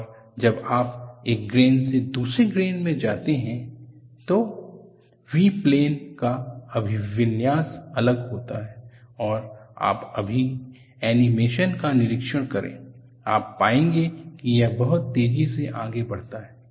और जब आप एक ग्रेन से दूसरे ग्रेन में जाते हैं तो V प्लेन का अभिविन्यास अलग होता है और आप अभी एनीमेशन का निरीक्षण करे आप पाएंगे कि यह बहुत तेजी से आगे बढ़ता है